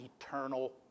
eternal